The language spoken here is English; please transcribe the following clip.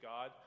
God